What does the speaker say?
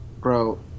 bro